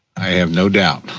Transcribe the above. i have no doubt.